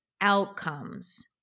outcomes